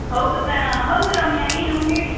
ಹೌದು ಕ ಹೌದು ರಮ್ಯಾ ಏನು ಹೇಳಿ